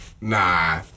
Nah